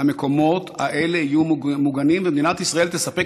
המקומות האלה יהיו מוגנים ומדינת ישראל תספק